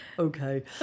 okay